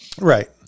Right